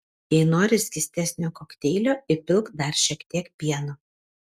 jei nori skystesnio kokteilio įpilk dar šiek tiek pieno